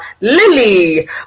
Lily